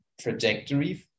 trajectory